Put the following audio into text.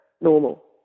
normal